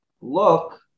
look